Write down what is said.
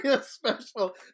special